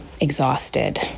exhausted